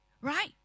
Right